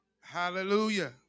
Hallelujah